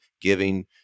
giving